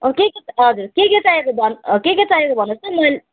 अँ के के हजुर के के चाहिएको भन् के के चाहिएको भन्नुहोस् त म